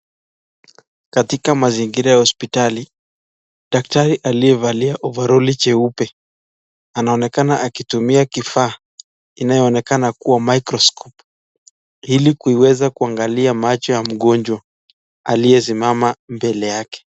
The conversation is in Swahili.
Katika mazingira ya hospitali , daktari aliyevalia ovaroli jeupe anaonekana akitumia kifaa inayoonekana kuwa (cs) microscope (cs) ili kuweza kuangalia macho ya mgonjwa aliyesimama mbele yake.